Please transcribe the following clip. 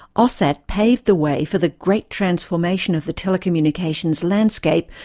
aussat paved the way for the great transformation of the telecommunications landscape,